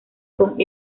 con